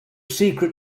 secret